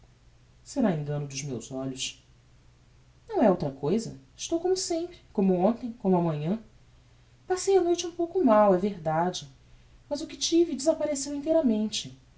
será engano de meus olhos não é outra cousa estou como sempre como hontem como amanhã passei a noite um pouco mal é verdade mas o que tive desapareceu inteiramente